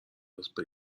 راست